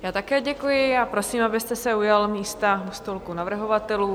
Já také děkuji a prosím, abyste se ujal místa u stolku navrhovatelů.